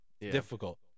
difficult